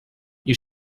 you